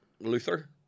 Luther